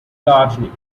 gardening